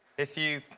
if you,